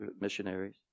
missionaries